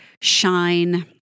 shine